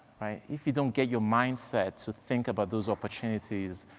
right? if you don't get your mind set to think about those opportunities,